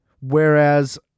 whereas